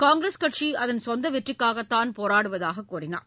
காங்கிரஸ் கட்சி அதன் சொந்த வெற்றிக்காகத்தான் போராடுவதாக கூறினார்